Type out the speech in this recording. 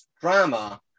drama